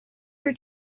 were